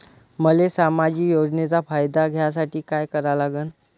मले सामाजिक योजनेचा फायदा घ्यासाठी काय करा लागन?